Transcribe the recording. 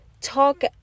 talk